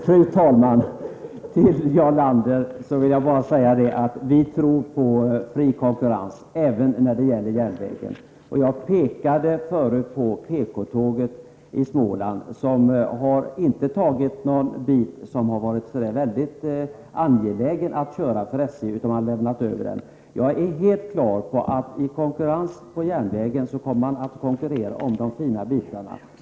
Fru talman! Till Jarl Lander vill jag bara säga att vi tror på fri konkurrens även när det gäller järnvägen. Jag pekade förut på BK-tåget i Småland, som tagit över en sträcka som SJ inte betraktat som särskilt angelägen att trafikera utan har lämnat över. Jag är helt klar över att man, om det blir fri konkurrens på järnvägsområdet, kommer att konkurrera om de fina bitarna.